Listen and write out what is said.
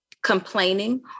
complaining